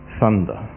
thunder